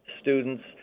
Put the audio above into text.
students